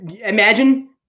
Imagine